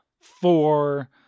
four